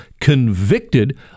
convicted